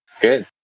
Good